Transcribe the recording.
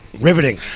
Riveting